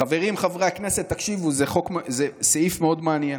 חברים, חברי הכנסת, תקשיבו, זה סעיף מאוד מעניין,